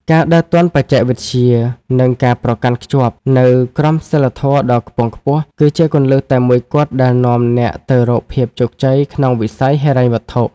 ការដើរទាន់បច្ចេកវិទ្យា និងការប្រកាន់ខ្ជាប់នូវក្រមសីលធម៌ដ៏ខ្ពង់ខ្ពស់ គឺជាគន្លឹះតែមួយគត់ដែលនាំអ្នកទៅរកភាពជោគជ័យក្នុងវិស័យហិរញ្ញវត្ថុ។